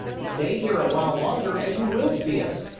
stay here a while longer and you will see us!